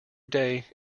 day